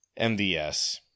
MVS